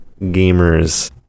Gamers